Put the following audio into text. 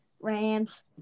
Rams